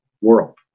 world